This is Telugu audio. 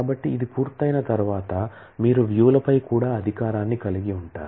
కాబట్టి ఇది పూర్తయిన తర్వాత మీరు వ్యూ లపై కూడా అధికారాన్ని కలిగి ఉంటారు